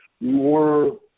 more